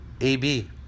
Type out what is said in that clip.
AB